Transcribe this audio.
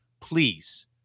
please